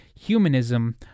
humanism